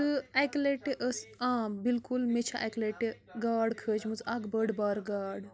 تہٕ اَکہِ لَٹہِ ٲس آ بِلکُل مےٚ چھےٚ اَکہِ لَٹہِ گاڈ کھٲجمٕژ اَکھ بٔڈ بارٕ گاڈ